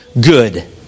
good